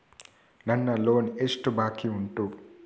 ನನ್ನ ಲೋನ್ ಎಷ್ಟು ಬಾಕಿ ಉಂಟು?